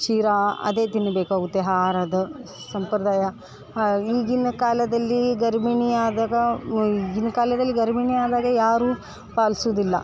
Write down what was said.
ಶಿರಾ ಅದೇ ತಿನ್ನಬೇಕಾಗುತ್ತೆ ಆಹಾರದ ಸಂಪ್ರದಾಯ ಹ ಈಗಿನ ಕಾಲದಲ್ಲಿ ಗರ್ಭಿಣಿ ಆದಾಗ ವ ಈಗಿನ ಕಾಲದಲ್ಲಿ ಗರ್ಭಿಣಿ ಆದಾಗ ಯಾರು ಪಾಲ್ಸೋದಿಲ್ಲ